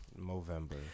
November